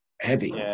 heavy